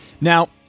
Now